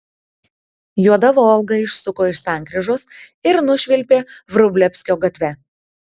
juoda volga išsuko iš sankryžos ir nušvilpė vrublevskio gatve